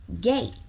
gate